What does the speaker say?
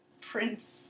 prince